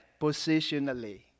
positionally